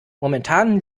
momentan